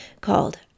called